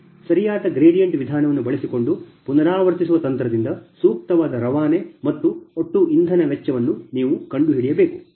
ಸರಿಯಾದ ಗ್ರೇಡಿಯಂಟ್ ವಿಧಾನವನ್ನು ಬಳಸಿಕೊಂಡು ಪುನರಾವರ್ತಿಸುವ ತಂತ್ರದಿಂದ ಸೂಕ್ತವಾದ ರವಾನೆ ಮತ್ತು ಒಟ್ಟು ಇಂಧನ ವೆಚ್ಚವನ್ನು ನೀವು ಕಂಡುಹಿಡಿಯಬೇಕು